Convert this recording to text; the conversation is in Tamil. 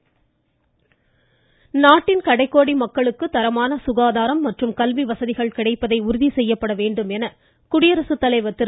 ராம்நாத்கோவிந்த் நாட்டின் கடைகோடி மக்களுக்கு தரமான சுகாதாரம் மற்றும் கல்வி வசதிகள் கிடைப்பதை உறுதி செய்யப்பட வேண்டும் என்று குடியரசுத்தலைவர் திரு